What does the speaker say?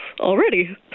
already